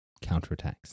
counterattacks